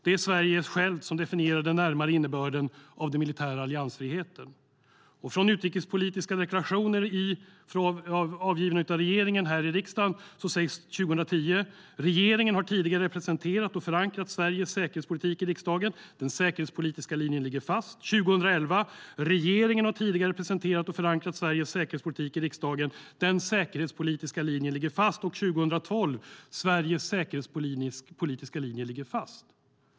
Det är Sverige självt som definierar den närmare innebörden av den militära alliansfriheten. I den utrikespolitiska deklarationen avgiven av regeringen här i riksdagen 2010 sägs det: Regeringen har tidigare presenterat och förankrat Sveriges säkerhetspolitik i riksdagen. Den säkerhetspolitiska linjen ligger fast. I den utrikespolitiska deklarationen 2011 sägs det: Regeringen har tidigare presenterat och förankrat Sveriges säkerhetspolitik i riksdagen. Den säkerhetspolitiska linjen ligger fast. I den utrikespolitiska deklarationen 2012 sägs det: Sveriges säkerhetspolitiska linje ligger fast.